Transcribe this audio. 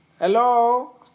Hello